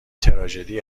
تراژدی